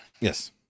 Yes